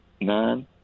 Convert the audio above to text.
Nine